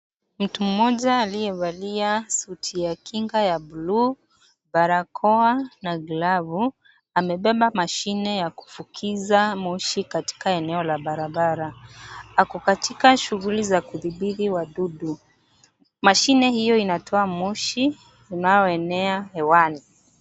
Mtu mmoja aliyevalia suti ya kinga ya blue , barakoa na glavu amebeba mashine ya kufukiza moshi katika eneo la barabara. Ako katika shughuli za kuthibihi wadudu. Mashine hiyo inatoa moshi unaoenea hewani.